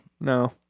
No